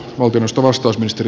arvoisa puhemies